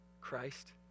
Christ